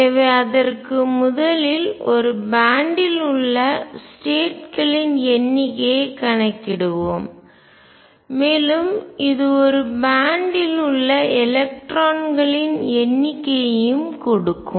எனவே அதற்கு முதலில் ஒரு பேன்ட் இல் பட்டை உள்ள ஸ்டேட்களின் எண்ணிக்கையை கணக்கிடுவோம் மேலும் இது ஒரு பேன்ட் இல் பட்டை உள்ள எலக்ட்ரான்களின் எண்ணிக்கையையும் கொடுக்கும்